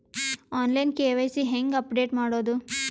On line KYC ಹೇಂಗ update ಮಾಡೋದು?